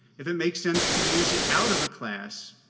if it makes sense to use it out of a class,